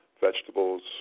vegetables